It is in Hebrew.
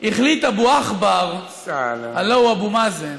החליט אבו עכבר, הלוא הוא אבו מאזן,